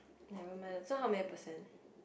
never mind lah so how many percent